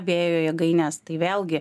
vėjo jėgaines tai vėlgi